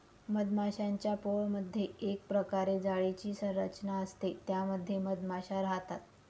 मधमाश्यांच्या पोळमधे एक प्रकारे जाळीची संरचना असते त्या मध्ये मधमाशा राहतात